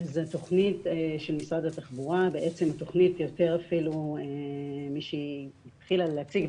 התוכנית של משרד התחבורה מי שהתחילה להציג,